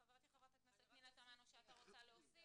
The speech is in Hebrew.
חברתי חברת הכנסת פנינה תמנו-שטה רוצה להוסיף,